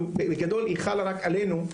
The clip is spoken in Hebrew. שבגדול היא חלה רק עלינו,